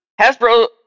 Hasbro